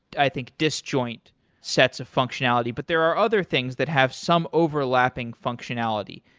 i think, disjoint sets of functionality, but there are other things that have some overlapping functionality.